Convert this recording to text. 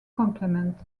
complement